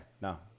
no